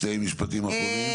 שני משפטים אחרונים.